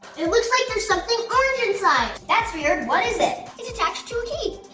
it looks like there's something orange inside! that's weird, what is it? it's attached to a key!